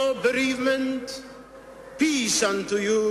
בלבד ולא של המנהיגים בישראל.